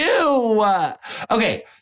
Okay